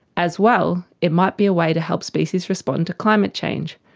as well, it might be a way to help species respond to climate change.